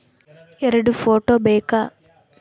ಎರಡು ಫೋಟೋ ಬೇಕಾ?